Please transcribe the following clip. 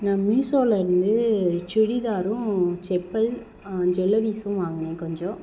நான் மீசோவில வந்து சுடிதாரும் செப்பல் ஜுவல்லிரீஸும் வாங்குனேன் கொஞ்சம்